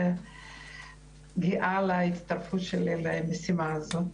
גאה על ההצטרפות שלי למשימה הזאת.